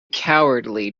cowardly